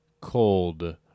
cold